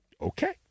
Okay